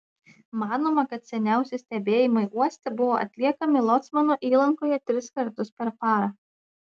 manoma kad seniausi stebėjimai uoste buvo atliekami locmano įlankoje tris kartus per parą